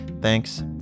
Thanks